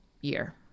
year